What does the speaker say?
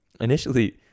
Initially